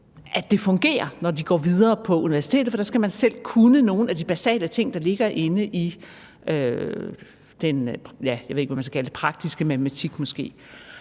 at det fungerer, når de går videre på universitetet, for der skal man selv kunne nogle af de basale ting, der ligger inde i den – jeg